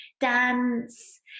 dance